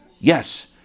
Yes